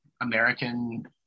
American